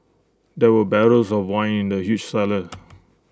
there were barrels of wine in the huge cellar